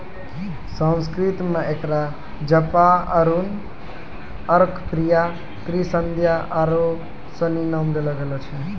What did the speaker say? संस्कृत मे एकरा जपा अरुण अर्कप्रिया त्रिसंध्या आरु सनी नाम देलो गेल छै